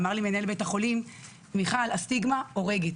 אמר לי מנהל בית החולים, מיכל, הסטיגמה הורגת.